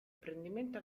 apprendimento